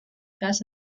დგას